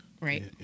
right